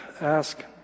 ask